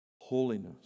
Holiness